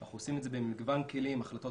אנחנו עושים את זה במגוון כלים החלטות